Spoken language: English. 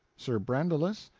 sir brandiles,